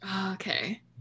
Okay